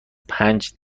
پنج